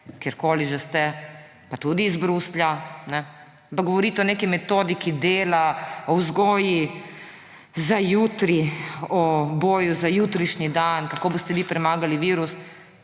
kjerkoli že ste, tudi iz Bruslja. Govorite o neki metodi, ki dela, o vzgoji za jutri, o boju za jutrišnji dan, kako boste vi premagali virus